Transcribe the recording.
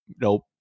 Nope